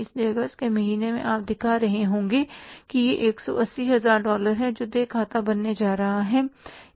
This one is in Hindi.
इसलिए अगस्त के महीने में आप दिखा रहे होंगे कि यह 180 हजार डॉलर है जो देय खाता बनने जा रहा है